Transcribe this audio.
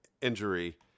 injury